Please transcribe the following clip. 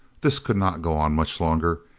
this could not go on much longer.